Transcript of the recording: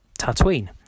Tatooine